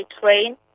train